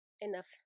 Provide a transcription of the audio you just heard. enough